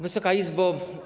Wysoka Izbo!